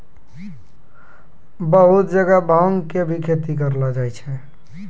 बहुत जगह भांग के खेती भी करलो जाय छै